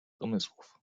domysłów